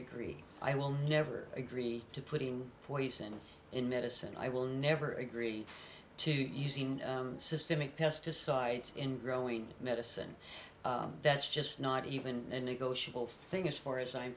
agree i will never agree to putting poison in medicine i will never agree to using systemic pesticides in growing medicine that's just not even a negotiable thing as far as i'm